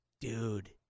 dude